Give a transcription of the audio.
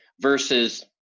versus